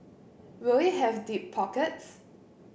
will it have deep pockets